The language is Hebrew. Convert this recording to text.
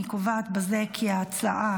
אני קובעת בזה כי ההצעה